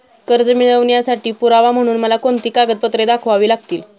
कर्ज मिळवण्यासाठी पुरावा म्हणून मला कोणती कागदपत्रे दाखवावी लागतील?